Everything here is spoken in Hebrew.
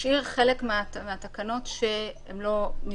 משאיר חלק מהתקנות שהן לא נדחות,